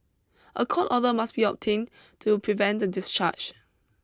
a court order must be obtained to prevent the discharge